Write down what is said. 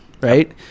Right